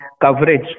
coverage